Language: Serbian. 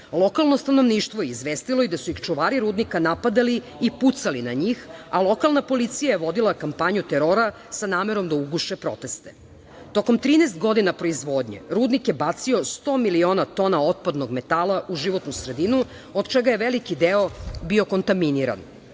Lokalno stanovništvo je izvestilo i da su ih čuvari rudnika napadali i pucali na njih, a lokalna policija je vodila kampanju terora sa namerom da uguše proteste. Tokom 13 godina proizvodnje rudnik je bacio sto milina tona otpadnog metala u životnu sredinu, od čega je veliki deo bio kontaminiran.